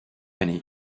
année